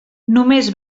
només